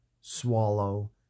swallow